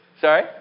Sorry